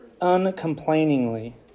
uncomplainingly